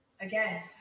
again